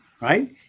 right